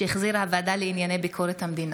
שהחזירה הוועדה לענייני ביקורת המדינה.